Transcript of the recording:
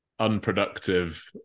unproductive